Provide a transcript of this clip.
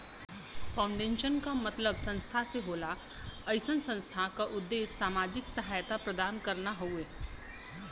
foundation क मतलब संस्था से होला अइसन संस्था क उद्देश्य सामाजिक सहायता प्रदान करना हउवे